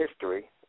History